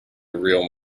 real